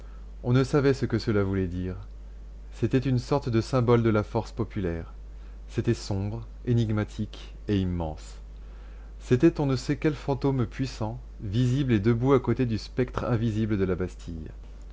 on ne savait ce que cela voulait dire c'était une sorte de symbole de la force populaire c'était sombre énigmatique et immense c'était on ne sait quel fantôme puissant visible et debout à côté du spectre invisible de la bastille